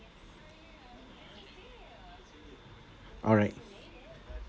alright